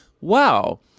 Wow